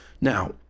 Now